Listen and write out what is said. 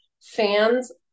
fans